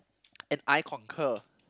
and I concur